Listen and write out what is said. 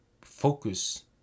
focus